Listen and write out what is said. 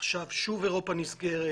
עכשיו אירופה שוב נסגרת